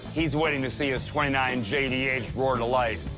he's waiting to see his twenty nine jdh roar to life.